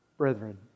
Brethren